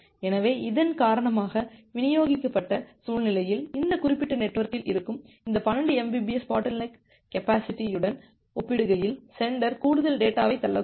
எனவே இதன் காரணமாக விநியோகிக்கப்பட்ட சூழ்நிலையில் இந்த குறிப்பிட்ட நெட்வொர்க்கில் இருக்கும் இந்த 12 Mbps பாட்டில்நெக் கெப்பாசிட்டியுடன் ஒப்பிடுகையில் சென்டர் கூடுதல் டேட்டாவைத் தள்ளக்கூடும்